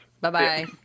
Bye-bye